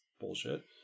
bullshit